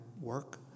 work